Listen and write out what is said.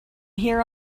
here